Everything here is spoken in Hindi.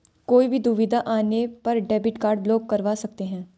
कोई भी दुविधा आने पर डेबिट कार्ड ब्लॉक करवा सकते है